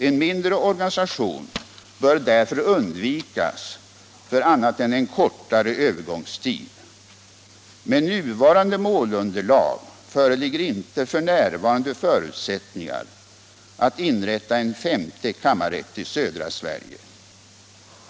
En mindre organisation bör därför undvikas för annat än en kortare övergångstid. Med nuvarande målunderlag föreligger inte f. n. förutsättningar att inrätta en femte kammarrätt i södra Sverige.